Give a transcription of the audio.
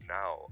now